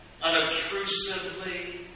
Unobtrusively